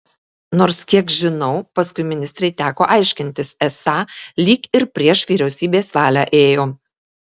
nors kiek žinau paskui ministrei teko aiškintis esą lyg ir prieš vyriausybės valią ėjo